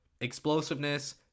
explosiveness